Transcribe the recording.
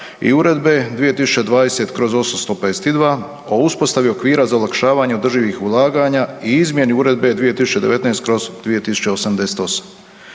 i Uredbe 2020/852 o uspostavi okvira za olakšavanje održivih ulaganja i izmjeni Uredbe 2019/2088.